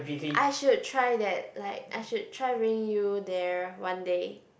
I should try that like I should try bringing you there one day